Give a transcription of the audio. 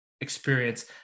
experience